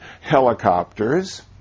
helicopters